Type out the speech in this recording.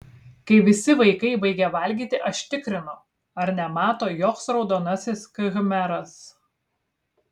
kai visi vaikai baigia valgyti aš tikrinu ar nemato joks raudonasis khmeras